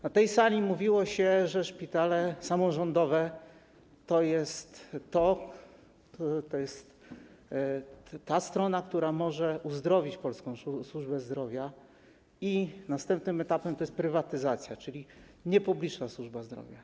Na tej sali mówiło się, że szpitale samorządowe to jest ta strona, która może uzdrowić polską służbę zdrowia, i następnym etapem jest prywatyzacja, czyli niepubliczna służba zdrowia.